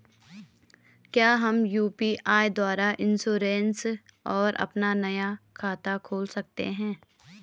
क्या हम यु.पी.आई द्वारा इन्श्योरेंस और अपना नया खाता खोल सकते हैं?